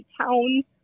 pounds